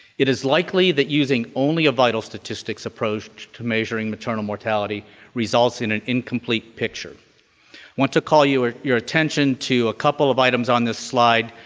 it is likely that using only a vital statistics approach to measuring maternal mortality results in an incomplete picture. i want to call your your attention to a couple of items on this slide,